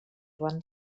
joan